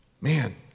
Man